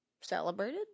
celebrated